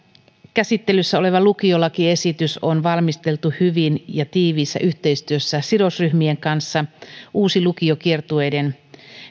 käsittelyssä oleva lukiolakiesitys on valmisteltu hyvin ja tiiviissä yhteistyössä sidosryhmien kanssa uusi lukio kiertueiden